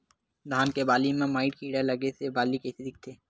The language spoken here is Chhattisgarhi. धान के बालि म माईट कीड़ा लगे से बालि कइसे दिखथे?